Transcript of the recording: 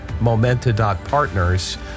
momenta.partners